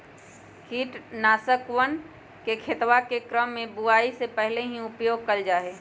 कीटनाशकवन के खेतवा के क्रम में बुवाई के पहले भी उपयोग कइल जाहई